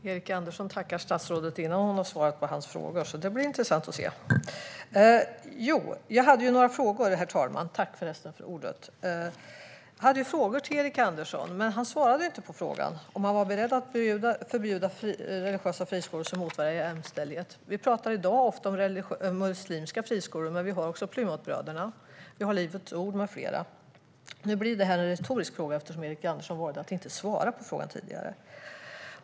Herr talman! Erik Andersson tackar statsrådet innan hon har svarat på hans frågor. Det ska bli intressant att se vad han får för svar. Jag ställde några frågor till Erik Andersson, men han svarade inte på om han var beredd att förbjuda religiösa friskolor som motverkar jämställdhet. Vi talar i dag ofta om muslimska skolor, men problemet gäller också Plymouthbröderna, Livets Ord med flera. Nu blir detta en retorisk fråga, eftersom Erik Andersson valde att inte svara på den när han hade chansen.